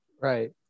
Right